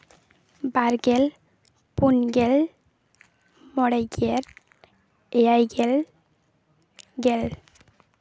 ᱵᱟᱨᱜᱮᱞ ᱯᱩᱱᱜᱮᱞ ᱢᱚᱬᱮᱜᱮᱞ ᱮᱭᱟᱭᱜᱮᱞ ᱜᱮᱞ